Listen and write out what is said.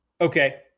Okay